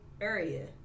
area